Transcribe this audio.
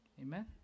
Amen